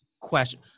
question